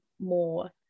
more